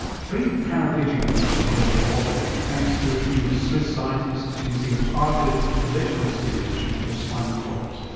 three paraplegic men have been able to walk again thanks to a team of swiss scientists using targeted electrical stimulation of their spinal cords.